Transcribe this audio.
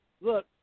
Look